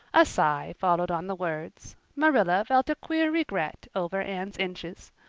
a sigh followed on the words. marilla felt a queer regret over anne's inches.